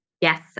Yes